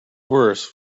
worse